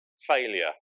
failure